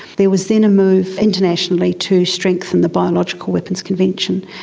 there was then a move internationally to strengthen the biological weapons convention,